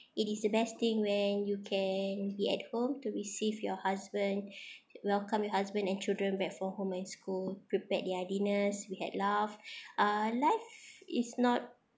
it is a best thing when you can be at home to receive your husband welcome your husband and children back for home and school prepared their dinners we had laugh uh life is not